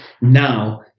now